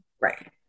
Right